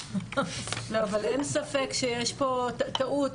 לא, אבל אין ספק שיש פה טעות.